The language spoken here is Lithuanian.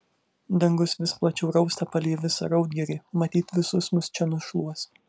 dangus vis plačiau rausta palei visą raudgirį matyt visus mus čia nušluos